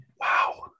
Wow